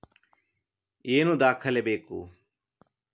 ಏನು ದಾಖಲೆ ಬೇಕು?